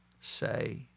say